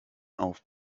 auf